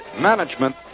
management